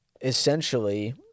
essentially